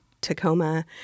tacoma